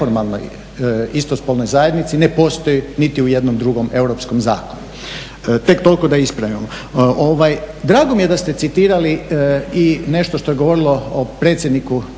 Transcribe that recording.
neformalnoj istospolnoj zajednici, ne postoji niti u jednom drugom europskom zakonu. Tek toliko da ispravimo. Drago mi je da ste citirali i nešto što je govorilo o predsjedniku